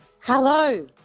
Hello